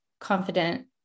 confident